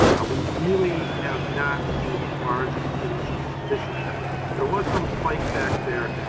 we really have not seen a large expansion of fishing effort. there was some spike back there,